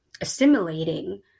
assimilating